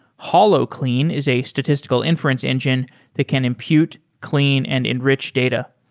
holoclean is a statistical inference engine that can impute, clean and enrich data.